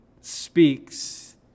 speaks